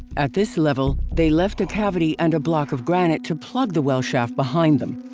at this level, they left a cavity and a block of granite to plug the well shaft behind them.